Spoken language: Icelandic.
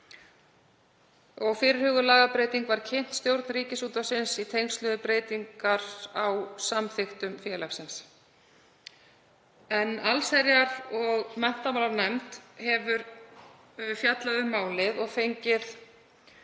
Fyrirhuguð lagabreyting var kynnt stjórn Ríkisútvarpsins í tengslum við breytingar á samþykktum félagsins. Allsherjar- og menntamálanefnd hefur fjallað um málið og fengið